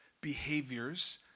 behaviors